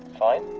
fine.